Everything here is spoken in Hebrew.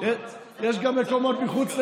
יש גם מקומות מחוץ לרמאללה.